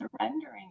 surrendering